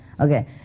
Okay